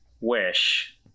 Wish